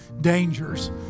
dangers